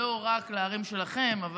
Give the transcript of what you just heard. לא רק לערים שלכם.